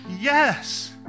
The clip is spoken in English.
Yes